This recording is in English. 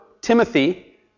Timothy